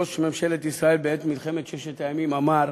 ראש ממשלת ישראל בעת מלחמת ששת הימים, אמר